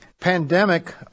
pandemic